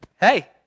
Hey